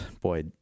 boy